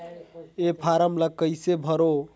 ये फारम ला कइसे भरो?